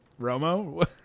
Romo